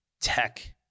tech